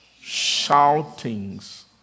Shoutings